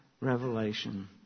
revelation